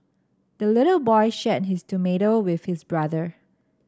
the little boy shared his tomato with his brother